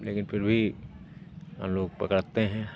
लेकिन फिर भी हम लोग पकड़ते हैं